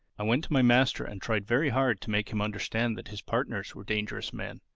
i went to my master and tried very hard to make him understand that his partners were dangerous men.